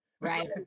Right